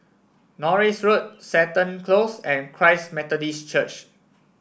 Norris Road Seton Close and Christ Methodist Church